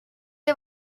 del